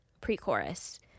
Pre-chorus